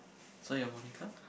so you're Monica